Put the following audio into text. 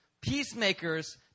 peacemakers